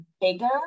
bigger